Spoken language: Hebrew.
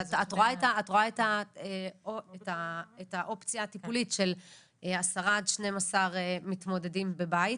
את רואה את האופציה הטיפולית של 10 עד 12 מתמודדים בבית,